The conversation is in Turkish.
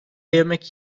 yemek